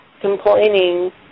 complaining